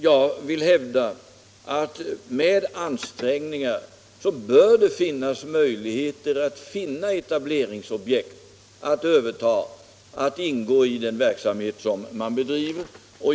Jag vill hävda att med ansträngningar bör man kunna finna etableringsobjekt som man kan överta för att ingå i den verksamhet som man bedriver.